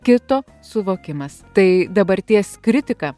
kito suvokimas tai dabarties kritika